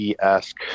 esque